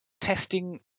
testing